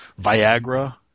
Viagra